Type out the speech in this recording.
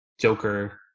Joker